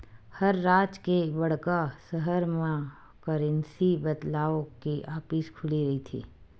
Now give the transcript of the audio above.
हर राज के बड़का सहर म करेंसी बदलवाय के ऑफिस खुले रहिथे